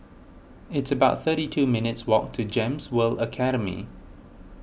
it's about thirty two minutes' walk to Gems World Academy